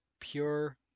pure